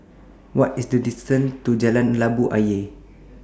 What IS The distance to Jalan Labu Ayer